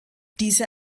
diese